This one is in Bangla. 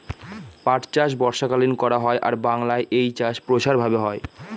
পাট চাষ বর্ষাকালীন করা হয় আর বাংলায় এই চাষ প্রসার ভাবে হয়